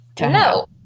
No